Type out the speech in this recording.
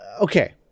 Okay